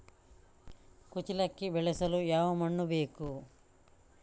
ಕುಚ್ಚಲಕ್ಕಿ ಬೆಳೆಸಲು ಯಾವ ಮಣ್ಣು ಬೇಕು?